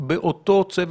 בין יום ד'